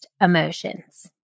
emotions